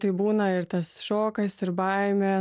tai būna ir tas šokas ir baimė